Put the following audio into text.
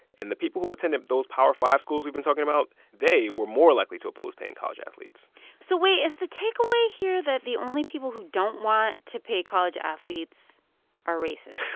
and the people who attended those power five schools we've been talking about, they were more likely to oppose paying college athletes so wait. is the takeaway here that the only people who don't want to pay college athletes are racist?